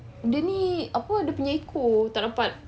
dia ni apa dia punya ekor tak dapat